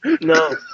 No